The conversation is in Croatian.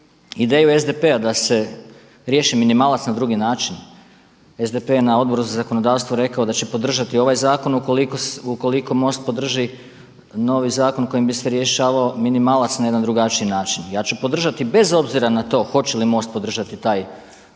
ideju SDP-a da se riješi minimalac na drugi način. SDP je na Odbor za zakonodavstvu rekao da će podržati ovaj zakon ukoliko MOST podrži novi zakon kojim bi se rješavao minimalac na jedan drugačiji način. Ja ću podržati bez obzira na to hoće li MOST podržati taj minimalac